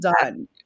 done